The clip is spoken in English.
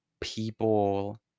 people